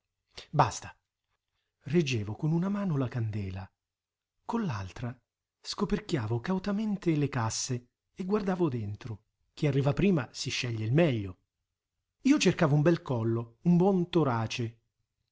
basta reggevo con una mano la candela con l'altra scoperchiavo cautamente le casse e guardavo dentro chi arriva prima si sceglie il meglio io cercavo un bel collo un buon torace